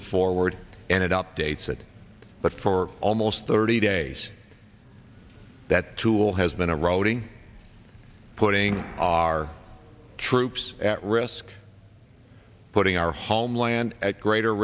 it forward and it updates it but for almost thirty days that tool has been eroding putting our troops at risk putting our homeland at greater